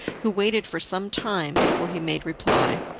who waited for some time before he made reply.